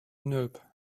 nope